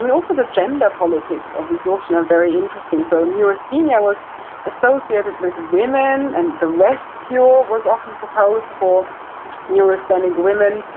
and also the gender politics of exhaustion are very interesting. so, neurasthenia was associated with women, and the rest cure was often proposed for neurasthenic women,